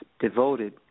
devoted